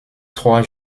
trois